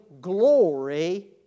glory